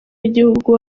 w’igihugu